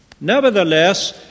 Nevertheless